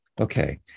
Okay